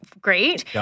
Great